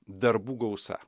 darbų gausa